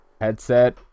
headset